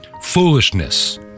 foolishness